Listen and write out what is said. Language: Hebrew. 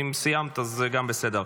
אם סיימת זה גם בסדר.